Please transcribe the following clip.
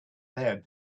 there